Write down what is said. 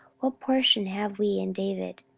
what portion have we in david?